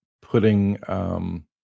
putting